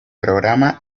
programa